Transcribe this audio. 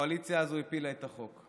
הקואליציה הזו הפילה את החוק.